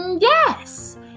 Yes